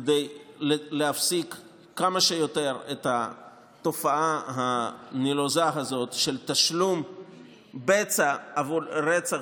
כדי להפסיק כמה שיותר את התופעה הנלוזה הזאת של תשלום בצע עבור רצח